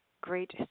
great